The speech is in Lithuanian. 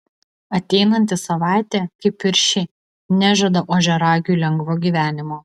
ateinanti savaitė kaip ir ši nežada ožiaragiui lengvo gyvenimo